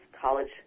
college